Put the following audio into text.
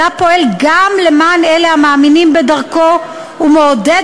אלא פועל גם למען אלה המאמינים בדרכו ומעודד